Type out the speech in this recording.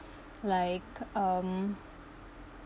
like um